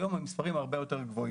היום המספר הרבה יותר גבוה.